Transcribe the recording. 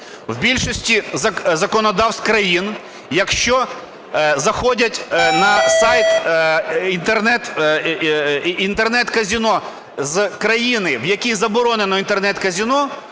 В більшості законодавств країн, якщо заходять на сайт Інтернет-казино з країни, в якій заборонено Інтернет-казино,